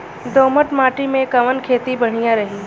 दोमट माटी में कवन खेती बढ़िया रही?